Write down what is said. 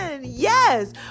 Yes